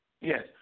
Yes